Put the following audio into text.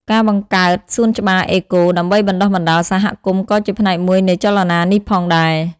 ការបង្កើតសួនច្បារអេកូ ដើម្បីបណ្តុះបណ្តាលសហគមន៍ក៏ជាផ្នែកមួយនៃចលនានេះផងដែរ។